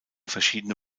verschiedene